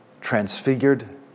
transfigured